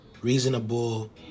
reasonable